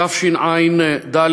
התשנ"ד,